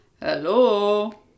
Hello